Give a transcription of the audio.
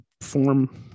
form